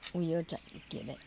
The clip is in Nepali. उयो च के अरे